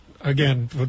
again